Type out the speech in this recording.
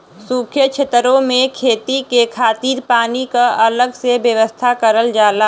सूखे छेतरो में खेती के खातिर पानी क अलग से व्यवस्था करल जाला